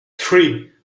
three